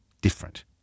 different